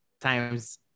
times